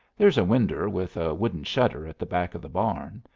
there's a winder with a wooden shutter at the back of the barn.